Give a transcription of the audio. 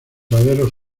aleros